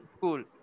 Cool